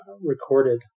recorded